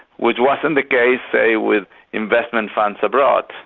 which wasn't the case, say, with investment funds abroad.